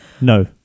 No